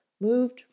moved